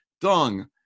dung